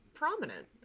prominent